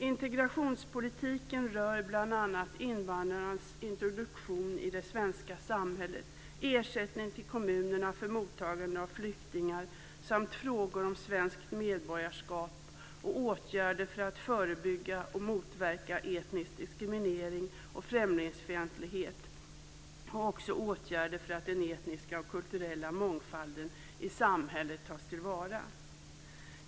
Integrationspolitiken rör bl.a. invandrarnas introduktion i det svenska samhället, ersättning till kommunerna för mottagande av flyktingar, frågor om svenskt medborgarskap, åtgärder för att förebygga och motverka etnisk diskriminering och främlingsfientlighet samt åtgärder för att den etniska och kulturella mångfalden i samhället tas till vara.